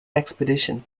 expedition